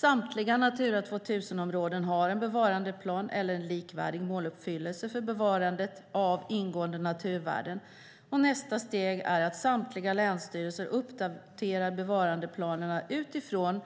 Samtliga Natura 2000-områden har en bevarandeplan eller en likvärdig måluppfyllelse för bevarandet av ingående naturvärden, och nästa steg är att samtliga länsstyrelser uppdaterar bevarandeplanerna utifrån den